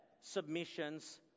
submission's